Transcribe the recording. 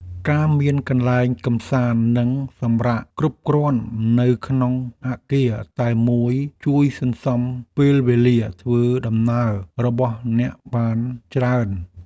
ការមានកន្លែងកម្សាន្តនិងសម្រាកគ្រប់គ្រាន់នៅក្នុងអគារតែមួយជួយសន្សំពេលវេលាធ្វើដំណើររបស់អ្នកបានច្រើន។